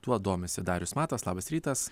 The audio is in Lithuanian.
tuo domisi darius matas labas rytas